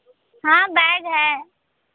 हाँ बैग है